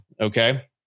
Okay